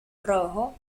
rojo